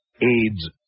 AIDS